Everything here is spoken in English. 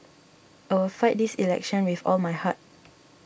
I will fight this election with all my heart